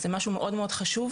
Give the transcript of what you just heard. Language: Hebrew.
זה משהו מאוד חשוב.